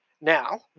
Now